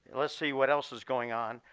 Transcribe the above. let's see what else is going on.